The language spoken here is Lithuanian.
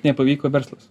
nepavyko verslas